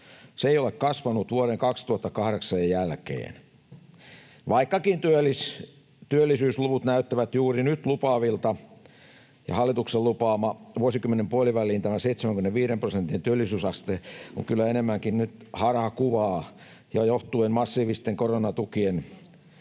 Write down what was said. Se ei ole kasvanut vuoden 2008 jälkeen. Vaikkakin työllisyysluvut näyttävät juuri nyt lupaavilta, hallituksen vuosikymmenen puoliväliin lupaama 75 prosentin työllisyysaste on kyllä enemmänkin harhakuvaa johtuen jo massiivisten koronatukien myötä